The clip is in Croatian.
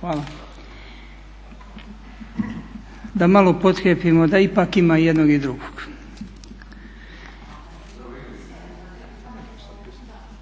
Hvala. Da malo potkrijepimo, da ipak ima i jednog i drugog.